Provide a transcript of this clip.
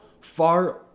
far